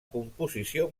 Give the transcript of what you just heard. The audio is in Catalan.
composició